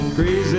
Crazy